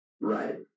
Right